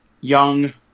young